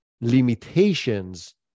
limitations